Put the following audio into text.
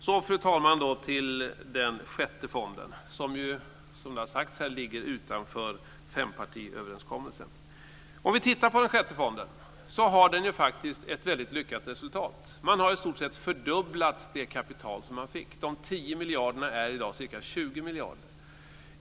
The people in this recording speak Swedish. Så, fru talman, går jag över till den sjätte fonden, som - som har sagts här - ligger utanför fempartiöverenskommelsen. Om vi tittar på den sjätte fonden ser vi att den faktiskt har ett väldigt lyckat resultat. Man har i stort sett fördubblat det kapital som man fick. De 10 miljarderna är i dag ca 20 miljarder.